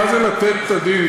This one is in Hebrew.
מה זה לתת את הדין?